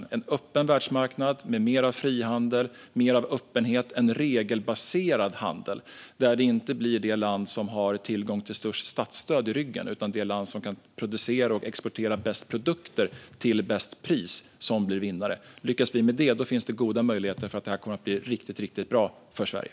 Vi vill ha en öppen världsmarknad med mer av frihandel, mer av öppenhet och en regelbaserad handel, där vinnaren inte blir det land som har störst statsstöd i ryggen utan det land som kan producera och exportera bäst produkter till bäst pris. Lyckas vi med det finns det goda möjligheter att det här kommer att bli riktigt bra för Sverige.